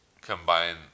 combine